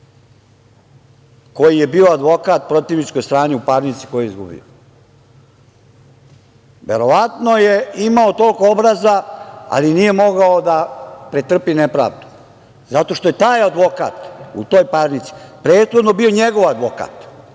koji je bio advokat protivničkoj strani u parnici koju je izgubio. Verovatno je imao toliko obraza, ali nije mogao da pretrpi nepravdu zato što je taj advokat u toj parnici prethodno bio njegov advokat,